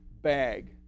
bag